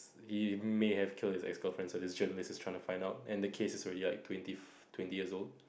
he may have kill his ex girlfriend so the journalist is trying to find out and the case is already like twenty twenty years old